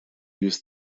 use